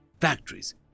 Factories